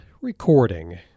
recording